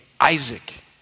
Isaac